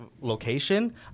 location